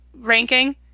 ranking